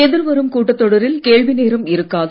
எதிர்வரும் கூட்டத்தொடரில் கேள்வி நேரம் இருக்காது